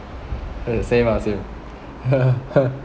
we're the same ah same